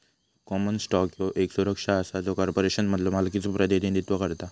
common stock ह्यो येक सुरक्षा असा जो कॉर्पोरेशनमधलो मालकीचो प्रतिनिधित्व करता